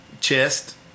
chest